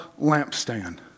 lampstand